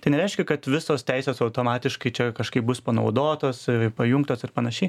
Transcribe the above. tai nereiškia kad visos teisės automatiškai čia kažkaip bus panaudotos pajungtos ir panašiai